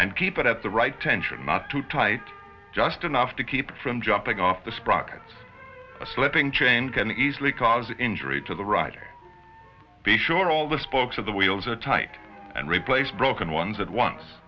and keep it at the right tension not too tight just enough to keep from jumping off the sprockets slipping chain can easily cause injury to the rider be sure all the spokes of the wheels are tight and replace broken ones at once